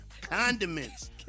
Condiments